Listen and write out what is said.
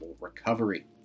recovery